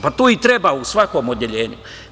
Pa tu i treba u svakom odeljenju.